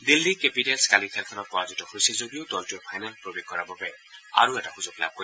Delhi capitals কালিৰ খেলখনত পৰাজিত হৈছে যদিও দলটোৱে ফাইনেলত প্ৰৱেশ কৰাৰ আৰু এটা সুযোগ লাভ কৰিব